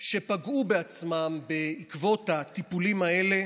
שפגעו בעצמם בעקבות הטיפולים האלה